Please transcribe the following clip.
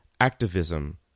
activism